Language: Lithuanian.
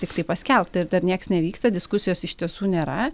tiktai paskelbta ir dar niekas nevyksta diskusijos iš tiesų nėra